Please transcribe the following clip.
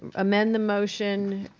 ah amend the motion.